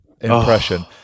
impression